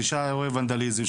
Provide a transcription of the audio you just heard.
תשעה אירועי ונדליזם,